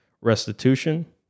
restitution